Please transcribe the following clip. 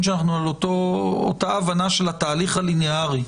שאנחנו על אותה הבנה של התהליך הלינארי.